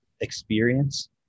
experience